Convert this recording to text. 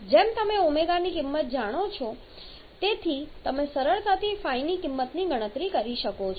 જેમ તમે ω ની કિંમત જાણો છો તેથી તમે સરળતાથી ϕ ની કિંમતની ગણતરી કરી શકો છો